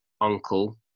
uncle